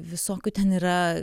visokių ten yra